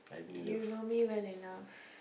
you know me well enough